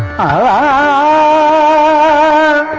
aa